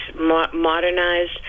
modernized